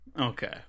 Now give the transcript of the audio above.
Okay